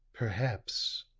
perhaps,